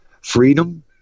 Freedom